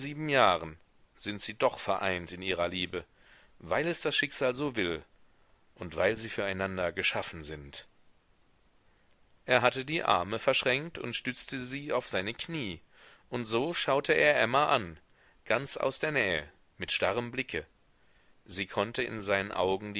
jahren sind sie doch vereint in ihrer liebe weil es das schicksal so will und weil sie füreinander geschaffen sind er hatte die arme verschränkt und stützte sie auf seine knie und so schaute er emma an ganz aus der nähe mit starrem blicke sie konnte in seinen augen